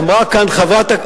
אמרה כאן חברת,